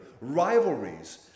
rivalries